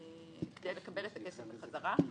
כדי לקבל את הכסף חזרה.